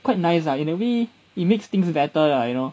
quite nice lah in a way it makes things better lah you know